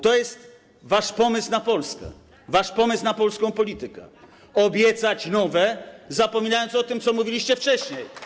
To jest wasz pomysł na Polskę, na polską politykę - obiecać nowe, zapominając o tym, co mówiliście wcześniej.